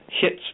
hits